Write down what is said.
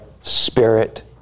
Spirit